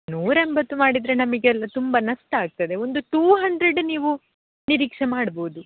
ನೂರ ಎಂಬತ್ತು ಮಾಡಿದರೆ ನಮಗೆಲ್ಲ ತುಂಬ ನಷ್ಟ ಆಗ್ತದೆ ಒಂದು ಟೂ ಹಂಡ್ರೆಡ್ ನೀವು ನಿರೀಕ್ಷೆ ಮಾಡ್ಬೋದು